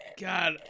God